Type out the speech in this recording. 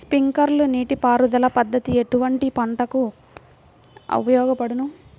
Sprinkler నీటిపారుదల పద్దతి ఎటువంటి పంటలకు ఉపయోగపడును?